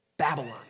babylon